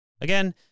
again